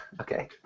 Okay